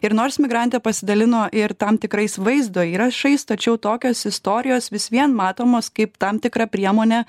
ir nors migrantė pasidalino ir tam tikrais vaizdo įrašais tačiau tokios istorijos vis vien matomos kaip tam tikra priemonė